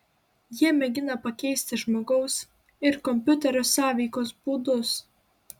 jie mėgina pakeisti žmogaus ir kompiuterio sąveikos būdus